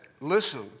Listen